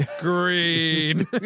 green